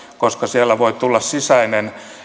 koska siellä voi tulla sisäinen